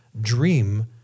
dream